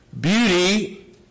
beauty